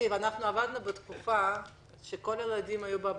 אנחנו עבדנו בתקופה שכול הילדים היו בבית,